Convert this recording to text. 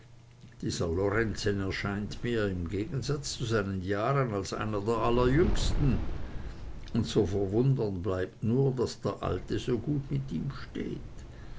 lorenzen erscheint mir im gegensatz zu seinen jahren als einer der allerjüngsten und zu verwundern bleibt nur daß der alte so gut mit ihm steht